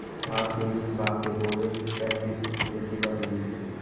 भांग के बीज भांग के पौधे, कैनबिस सैटिवा के बीज हैं